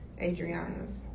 Adriana's